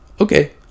okay